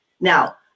Now